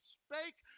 spake